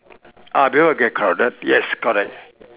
ah because it will get crowded yes correct